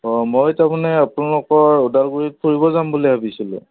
অঁ মই তাৰমানে আপোনালোকৰ ওদালগুৰিত ফুৰিব যাম বুলি ভাবিছিলোঁ